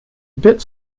bit